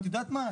את יודעת מה,